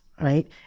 right